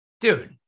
dude